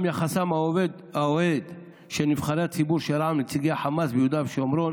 גם יחסם האוהד של נבחרי הציבור של רע"מ לנציגי החמאס ביהודה ושומרון